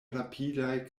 rapidaj